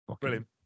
Brilliant